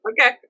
Okay